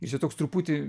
ir čia toks truputį